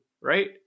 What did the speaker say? right